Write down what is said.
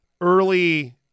early